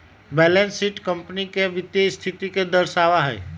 balance sheet company के वित्तीय स्थिति के दर्शावा हई